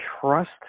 trust